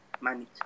manage